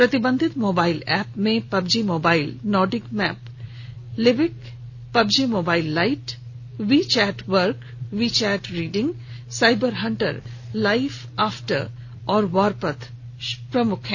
प्रतिबंधित mobile app में PUBG mobile Nordic map Livik PUBG mobile lite WeChat work WeChat reading cyber hunter life after और Warpath प्रमुख हैं